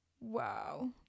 wow